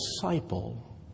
disciple